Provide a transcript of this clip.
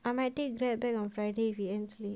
I might take grab back on friday if it ends late